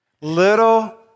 Little